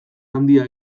handia